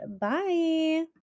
Bye